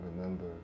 Remember